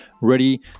ready